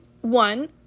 one